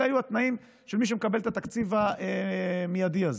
אלה היו התנאים של מי שמקבל את התקציב המיידי הזה,